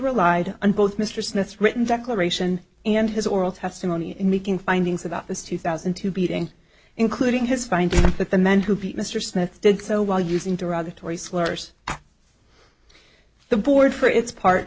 relied on both mr smith's written declaration and his oral testimony and making findings about this two thousand and two beating including his finding that the men who beat mr smith did so while using derogatory slurs the board for its part